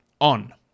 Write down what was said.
on